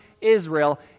Israel